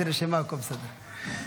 תסדיר נשימה, הכול בסדר.